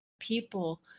people